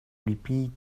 repeat